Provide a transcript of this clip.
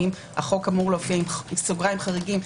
האם החוק אמור להופיע עם סוגריים חריגים,